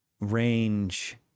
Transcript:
range